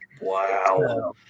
Wow